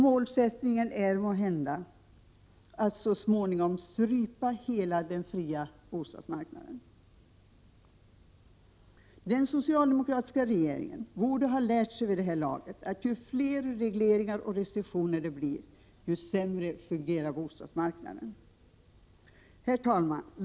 Målsättningen är måhända att så småningom strypa hela den fria bostadsmarknaden. Den socialdemokratiska regeringen borde ha lärt sig vid det här laget att ju fler regleringar och restriktioner vi får, desto sämre fungerar bostadsmarknaden. Herr talman!